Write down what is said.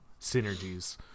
synergies